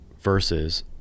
versus